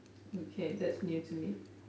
okay that's new to me